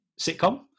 sitcom